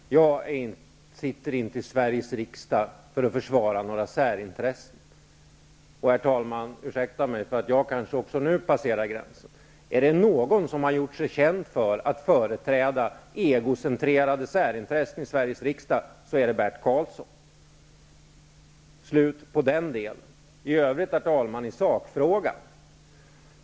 Herr talman! Nu passerade Bert Karlsson gränsen. Jag sitter inte i Sveriges riksdag för att försvara några särintressen. Herr talman! Ursäkta mig för jag kanske nu också passerar gränsen. Är det någon som har gjort sig känd för att företräda egocentrererade särintressen i Sveriges riksdag, är det Bert Karlsson. Slut på den delen. Herr talman!